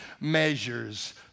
measures